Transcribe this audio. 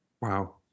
Wow